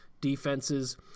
defenses